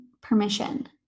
permission